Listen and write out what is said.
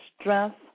strength